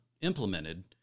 implemented